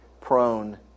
prone